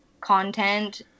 content